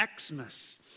Xmas